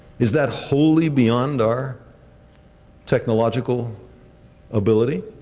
is that wholly beyond our technological ability?